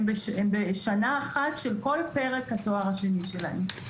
הם בשנה אחת של כל פרק התואר השני שלהם.